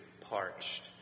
parched